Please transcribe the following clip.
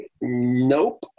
Nope